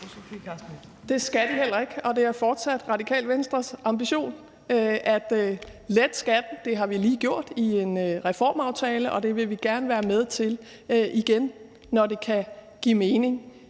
Det skal de heller ikke. Og det er fortsat Radikale Venstres ambition at lette skatten – det har vi lige gjort i en reformaftale – og det vil vi gerne være med til igen, når det kan give mening.